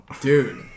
Dude